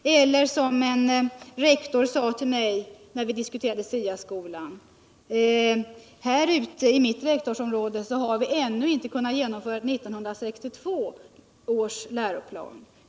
En rektor sade till mig, när vi diskuterade SIA-skolan: ”Här ute i mitt rektorsområde har vi ännu inte kunnat genomföra 1962 års läroplan.